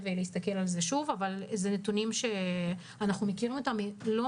אבל הוא עדיין בתפוצה מאוד מאוד